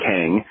Kang